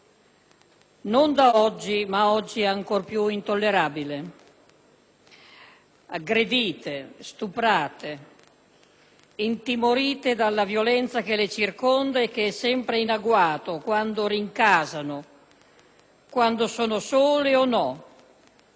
iniziato oggi, ma che oggi è ancora più intollerabile: aggredite, stuprate, intimorite dalla violenza che le circonda e che è sempre in agguato quando rincasano, quando sono sole o no.